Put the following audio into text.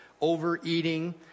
overeating